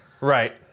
Right